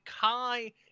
Kai